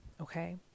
okay